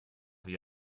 wie